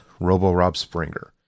RoboRobSpringer